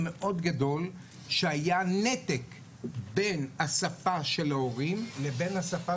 גדול שהיה נתק בין השפה של ההורים לבין השפה